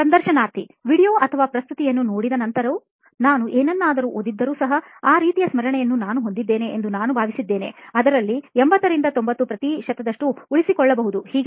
ಸಂದರ್ಶನಾರ್ಥಿ video ಅಥವಾ ಪ್ರಸ್ತುತಿಯನ್ನು ನೋಡಿದ ನಂತರವೂ ನಾನು ಏನನ್ನಾದರೂ ಓದಿದ್ದರೂ ಸಹ ಆ ರೀತಿಯ ಸ್ಮರಣೆಯನ್ನು ನಾನು ಹೊಂದಿದ್ದೇನೆ ಎಂದು ನಾನು ಭಾವಿಸುತ್ತೇನೆ ಅದರಲ್ಲಿ 80 ರಿಂದ 90 ಪ್ರತಿಶತದಷ್ಟು ಉಳಿಸಿಕೊಳ್ಳಬಹುದು